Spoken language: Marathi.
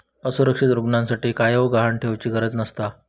असुरक्षित ऋणासाठी कायव गहाण ठेउचि गरज नसता